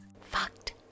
Fucked